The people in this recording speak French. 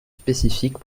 spécifique